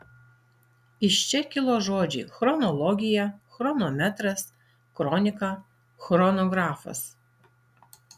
iš čia kilo žodžiai chronologija chronometras kronika chronografas